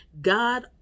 God